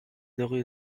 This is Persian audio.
دقایق